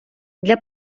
для